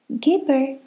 Keeper